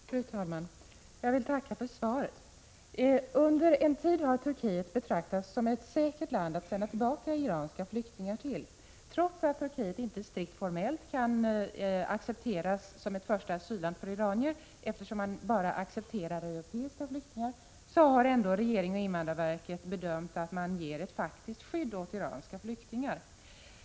Fru talman! Jag vill tacka för svaret. Under en tid har Turkiet betraktats som ett säkert land att sända tillbaka iranska flyktingar till. Trots att Turkiet inte strikt formellt kan accepteras som ett första asylland för iranier, eftersom man bara accepterar europeiska flyktingar, har ändå regeringen och invandrarverket bedömt att landet ger ett faktiskt skydd åt iranska flyktingar.